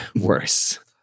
worse